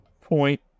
point